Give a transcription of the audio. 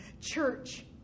church